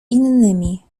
innymi